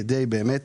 כדי באמת